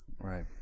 Right